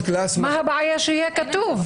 אז מה הבעיה שזה יהיה כתוב?